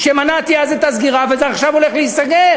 מנעתי אז את הסגירה וזה עכשיו הולך להיסגר.